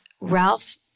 Ralph